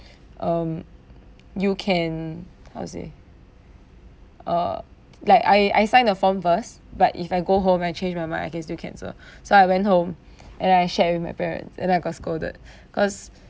um you can how to say uh like I I signed a form first but if I go home I change my mind I can still cancel so I went home and then I shared with my parents and then I got scolded cause